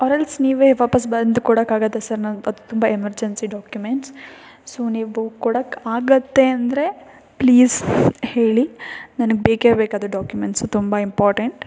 R else ನೀವೇ ವಾಪಸ್ ಬಂದು ಕೊಡೋಕ್ಕಾಗುತ್ತಾ ಸರ್ ನನಗೆ ಅದು ತುಂಬ ಎಮರ್ಜೆನ್ಸಿ ಡಾಕ್ಯುಮೆಂಟ್ಸ್ ಸೊ ನೀವು ಕೊಡೋಕ್ಕೆ ಆಗುತ್ತೆ ಅಂದರೆ ಪ್ಲೀಸ್ ಹೇಳಿ ನನಗೆ ಬೇಕೇ ಬೇಕದು ಡಾಕ್ಯುಮೆಂಟ್ಸ್ ತುಂಬ ಇಂಪಾರ್ಟೆಂಟ್